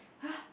!huh!